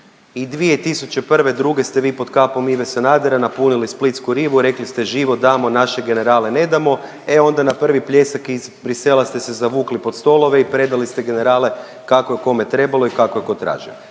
I 2001., druge ste vi pod kapom Ive Sanadera napunili splitsku rivu, rekli ste život damo naše generale ne damo. E onda na prvi pljesak iz Bruxellesa ste se zavukli pod stolove i predali ste generale kako je kome trebalo i kako je tko tražio,